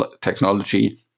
technology